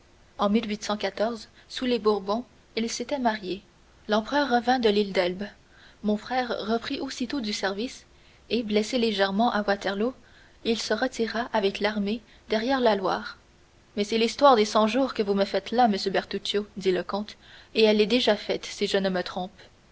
en sous les bourbons il s'était marié l'empereur revint de l'île d'elbe mon frère reprit aussitôt du service et blessé légèrement à waterloo il se retira avec l'armée derrière la loire mais c'est l'histoire des cent-jours que vous me faites là monsieur bertuccio dit le comte et elle est déjà faite si je ne me trompe